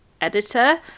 editor